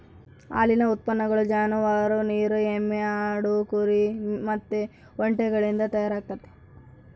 ಹಾಲಿನ ಉತ್ಪನ್ನಗಳು ಜಾನುವಾರು, ನೀರು ಎಮ್ಮೆ, ಆಡು, ಕುರಿ ಮತ್ತೆ ಒಂಟೆಗಳಿಸಿಂದ ತಯಾರಾಗ್ತತೆ